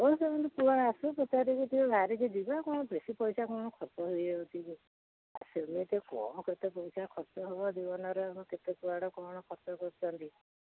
ହଉ ସେମତି ପୁଅ ଆସୁ ପଚାରିକି ଟିକେ ବାରିକିକି ଯିବା କ'ଣ ବେଶୀ ପଇସା କ'ଣ ଖର୍ଚ୍ଚ ହୋଇଯାଉଛି ସେମିତିିରେ କ'ଣ କେତେ ପଇସା ଖର୍ଚ୍ଚ ହେବ ଜୀବନରେ କେତେ କୁଆଡ଼େ କ'ଣ ଖର୍ଚ୍ଚ କରୁଛ